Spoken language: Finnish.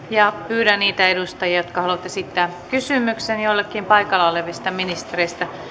pyydän niitä edustajia jotka haluavat esittää kysymyksen jollekin paikalla olevista ministereistä